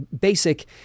basic